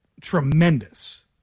tremendous